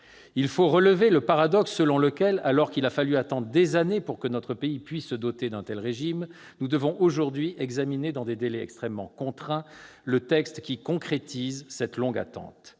ailleurs relever ce paradoxe : alors qu'il a fallu attendre des années pour que notre pays puisse se doter d'un tel régime, nous devons aujourd'hui examiner dans des délais extrêmement contraints le texte qui concrétise cette longue attente.